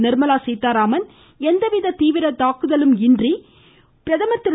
நிர்மலா சீத்தாராமன் எவ்வித தீவிரவாத தாக்குதலும் இன்றி பிரதமர் திரு